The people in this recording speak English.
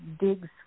digs